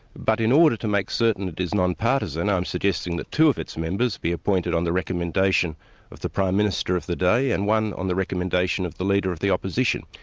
but in order to make certain it is non-partisan, i'm suggesting that two of its members be appointed on the recommendation of the prime minister of the day, and one on the recommendation of the leader of the opposition.